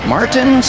Martin